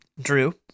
Drew